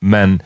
Men